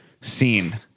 scene